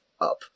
up